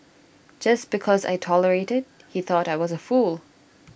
just because I tolerated he thought I was A fool